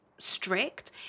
strict